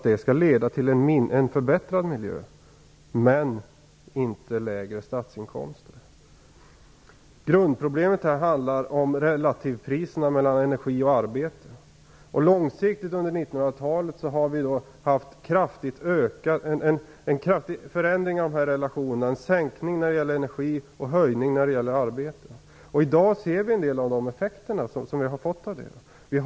Det skall leda till en förbättrad miljö men inte lägre statsinkomster. Grundproblemet handlar om relativpriserna mellan energi och arbete. Långsiktigt har vi under 1900 talet haft en kraftig förändring av de här relationerna, en sänkning när det gäller energin och en höjning när det gäller arbete. I dag ser vi en del av de effekter som vi har fått på grund av detta.